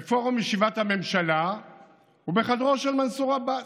בפורום ישיבת הממשלה ובחדרו של מנסור עבאס.